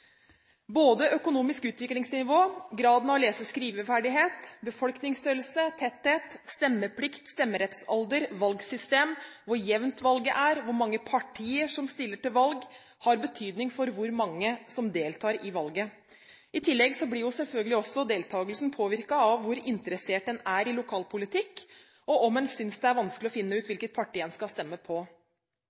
Både økonomisk utviklingsnivå, graden av lese- og skriveferdighet, befolkningsstørrelse og tetthet, stemmeplikt, stemmerettsalder, valgsystem, hvor jevnt valget er, hvor mange partier som stiller til valg, har betydning for hvor mange som deltar i valget. I tillegg blir selvfølgelig valgdeltakelsen påvirket av hvor interessert man er i lokalpolitikk, og om man synes det er vanskelig å finne ut hvilket parti en skal stemme på.